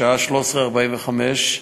בשעה 13:45,